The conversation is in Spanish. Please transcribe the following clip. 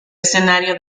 escenario